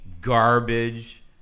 garbage